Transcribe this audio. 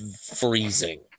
freezing